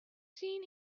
seen